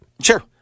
Sure